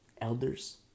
elders